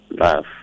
Love